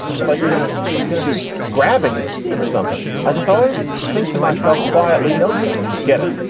it's like you're gonna gonna be grabbing it or something. i just always think to myself quietly, no, you may not get it.